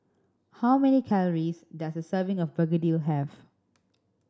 how many calories does a serving of begedil have